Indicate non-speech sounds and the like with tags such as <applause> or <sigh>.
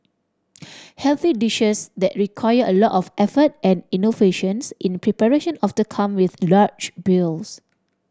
<noise> healthy dishes that require a lot of effort and innovations in preparation of the come with large bills